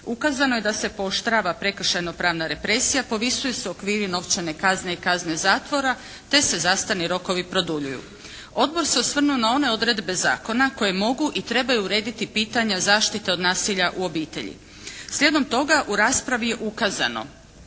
Ukazano je da se pooštrava prekršajno-pravna represija, povisuju se okviri novčane kazne i kazne zatvora te se zastarni rokovi produljuju. Odbor se osvrnuo na one odredbe zakona koje mogu i trebaju urediti pitanja zaštite od nasilja u obitelji. Slijedom toga u raspravi je ukazano